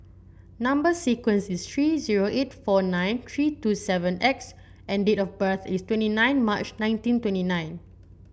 number sequence is S zero eight four nine three two seven X and date of birth is twenty nine March nineteen twenty nine